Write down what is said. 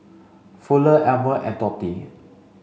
Fuller Almer and Tori